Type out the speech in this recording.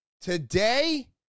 Today